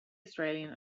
australian